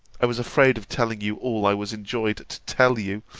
i was afraid of telling you all i was enjoined to tell you,